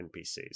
npcs